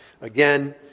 Again